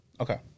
Okay